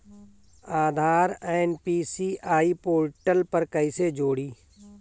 आधार NPCI portal पर कईसे जोड़ी?